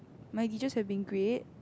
my teachers have been great